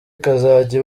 ikazajya